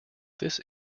this